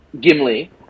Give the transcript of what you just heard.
Gimli